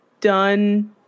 done